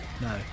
no